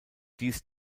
dies